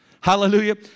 Hallelujah